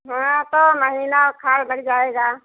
हाँ तो महीना खाड़ लग जाएगा